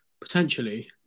Potentially